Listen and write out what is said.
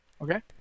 Okay